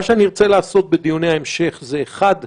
מה שארצה לעשות בדיוני ההמשך זה אחד,